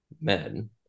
men